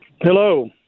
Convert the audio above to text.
Hello